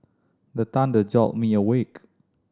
the thunder jolt me awake